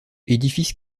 édifice